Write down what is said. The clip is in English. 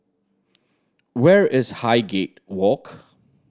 where is Highgate Walk